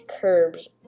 curbs